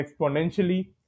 exponentially